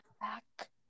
back